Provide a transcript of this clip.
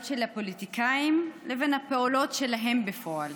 של הפוליטיקאים לבין הפעולות שלהם בפועל.